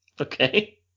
Okay